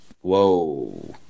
whoa